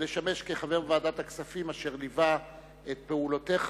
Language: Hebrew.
לשמש כחבר ועדת הכספים אשר ליווה את פעולותיך